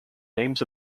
names